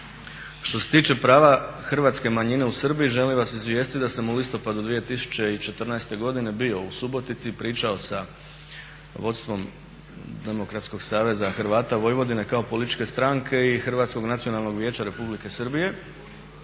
Što se tiče prava hrvatske manjine u Srbiji želim vas izvijesti da sam u listopadu 2014. godine bio u Subotici i pričao sa vodstvom Demokratskog saveza Hrvata Vojvodine kao političke stranke i Hrvatskog nacionalnog vijeća Republike Srbije